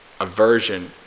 aversion